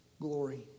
glory